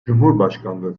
cumhurbaşkanlığı